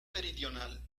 meridional